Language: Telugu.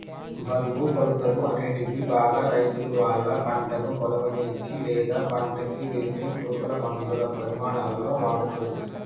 బరువు, కొలతలు, అనేటివి బాగా రైతులువాళ్ళ పంటను కొలవనీకి, లేదా పంటకివేసే పురుగులమందుల పరిమాణాలలో వాడతరు